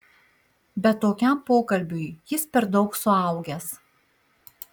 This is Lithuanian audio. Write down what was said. bet tokiam pokalbiui jis per daug suaugęs